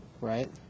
Right